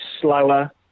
slower